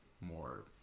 more